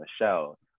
Michelle